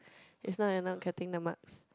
if not you're not getting the marks